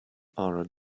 are